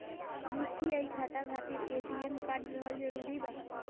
UPI खाता खातिर ATM card रहल जरूरी बा?